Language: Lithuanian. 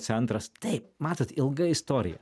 centras taip matot ilga istorija